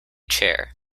chair